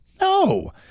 No